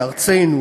בארצנו,